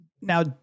Now